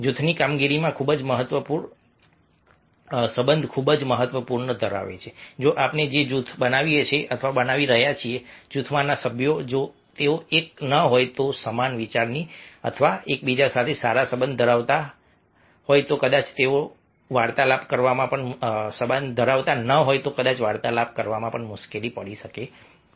જૂથની કામગીરીમાં સંબંધ ખૂબ મહત્વ ધરાવે છે જો આપણે જે જૂથ બનાવીએ છીએ અથવા બનાવી રહ્યા છીએ જૂથમાંના સભ્યો જો તેઓ એક ન હોય તો સમાન વિચારસરણી અથવા એકબીજા સાથે સારા સંબંધ ધરાવતા હોઈ શકે છે કદાચ તેઓને વાર્તાલાપ કરવામાં મુશ્કેલી પડી શકે છે